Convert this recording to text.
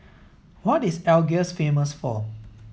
what is Algiers famous for